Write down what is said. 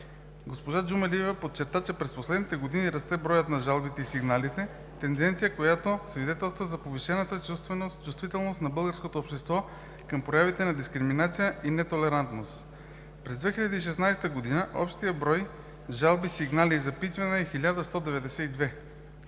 Госпожа Джумалиева подчерта, че през последните години расте броят на жалбите и сигналите – тенденция, която свидетелства за повишената чувствителност на българското общество към проявите на дискриминация и нетолерантност. През 2016 г. общият брой жалби, сигнали и запитвания е 1192,